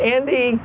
Andy